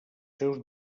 seus